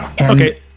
Okay